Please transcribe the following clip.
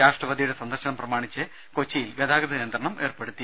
രാഷ്ട്രപതിയുടെ സന്ദർശനം പ്രമാണിച്ച് ഇന്ന് കൊച്ചിയിൽ ഗതാഗത നിയ ന്ത്രണം ഏർപ്പെടുത്തി